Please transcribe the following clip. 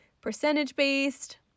percentage-based